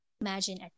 Imagine